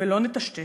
ולא נטשטש,